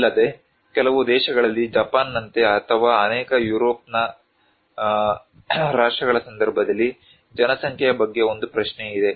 ಅಲ್ಲದೆ ಕೆಲವು ದೇಶಗಳಲ್ಲಿ ಜಪಾನ್ನಂತೆ ಅಥವಾ ಅನೇಕ ಯುರೋಪಿಯನ್ ರಾಷ್ಟ್ರಗಳ ಸಂದರ್ಭದಲ್ಲಿ ಜನಸಂಖ್ಯೆಯ ಬಗ್ಗೆ ಒಂದು ಪ್ರಶ್ನೆ ಇದೆ